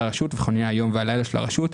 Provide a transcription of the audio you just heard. הרשות וחניוני היום והלילה של הרשות,